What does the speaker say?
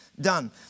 done